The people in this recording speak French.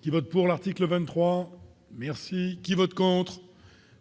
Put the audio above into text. Qui vote pour l'article 23 merci qui vote contre